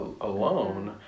alone